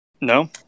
No